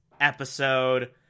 episode